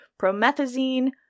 promethazine